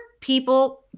people